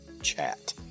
Chat